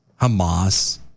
Hamas